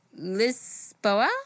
Lisboa